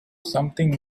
something